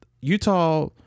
Utah